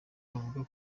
bavuga